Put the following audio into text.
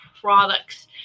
products